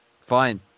Fine